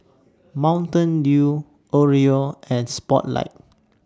Mountain Dew Oreo and Spotlight